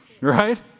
Right